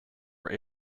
were